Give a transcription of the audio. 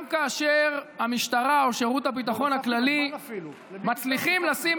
גם כאשר המשטרה או שירות הביטחון הכללי מצליחים לשים